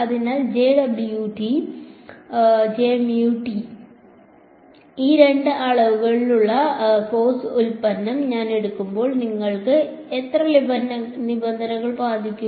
അതിനാൽ ഈ രണ്ട് അളവുകൾക്കിടയിലുള്ള ക്രോസ് ഉൽപ്പന്നം ഞാൻ എടുക്കുമ്പോൾ നിങ്ങൾ എത്ര നിബന്ധനകൾ പാലിക്കും